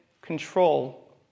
control